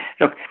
Look